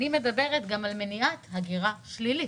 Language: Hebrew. אני מדברת גם על מניעת הגירה שלילית.